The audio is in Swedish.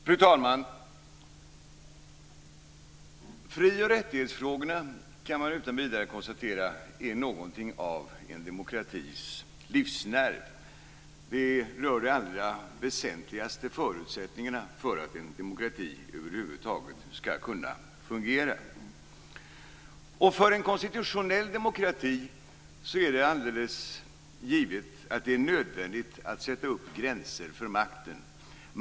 Fru talman! Fri och rättighetsfrågorna är, det kan man utan vidare konstatera, något av en demokratis livsnerv. De rör de allra väsentligaste förutsättningarna för att en demokrati över huvud taget skall kunna fungera. För en konstitutionell demokrati är det alldeles givet att det är nödvändigt att sätta upp gränser för makten.